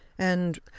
and